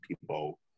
people